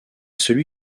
celui